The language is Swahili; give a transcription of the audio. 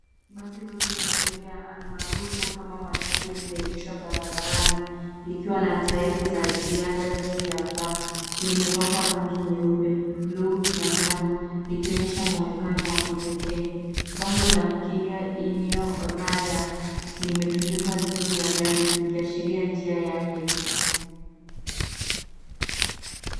Basi dogo la abiria almarufu kama matatu limeegeshwa barabarani, likiwa na tairi za ziada juu ya paa. Limepakwa rangi nyeupe, buluu na njano, likionyesha mwonekana wa kipekee. Bango la Kiria-ini, Othaya limetundikwa juu la gari, likiashiria njia yake.